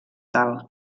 tal